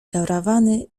karawany